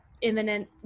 imminent